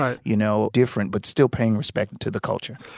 ah you know, different, but still paying respect to the culture.